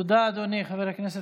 תודה, אדוני חבר הכנסת יעקב מרגי.